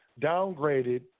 downgraded